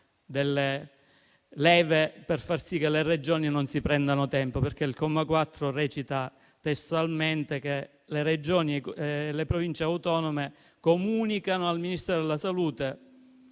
delle leve per far sì che le Regioni non si prendano tempo, perché il comma 4 recita che le Regioni e le Province autonome comunicano al Ministero della salute